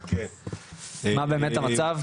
מה באמת המצב?